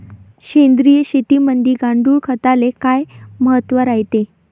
सेंद्रिय शेतीमंदी गांडूळखताले काय महत्त्व रायते?